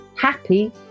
Happy